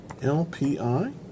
LPI